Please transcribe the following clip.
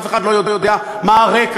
אף אחד לא יודע מה הרקע.